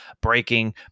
breaking